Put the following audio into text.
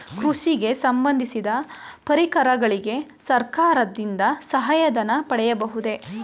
ಕೃಷಿಗೆ ಸಂಬಂದಿಸಿದ ಪರಿಕರಗಳಿಗೆ ಸರ್ಕಾರದಿಂದ ಸಹಾಯ ಧನ ಪಡೆಯಬಹುದೇ?